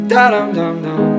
Da-dum-dum-dum